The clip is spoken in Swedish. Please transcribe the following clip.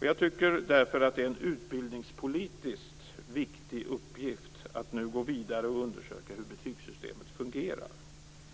Jag tycker därför att det är en utbildningspolitiskt viktig uppgift att nu gå vidare och undersöka hur betygssystemet fungerar.